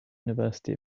university